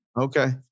Okay